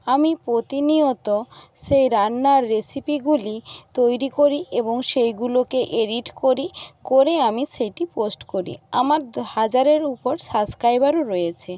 আমি প্রতিনিয়ত সেই রান্নার রেসিপিগুলি তৈরি করি এবং সেইগুলোকে এডিট করি করে আমি সেটি পোস্ট করি আমার হাজারের উপর সাবস্ক্রাইবারও রয়েছে